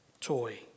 toy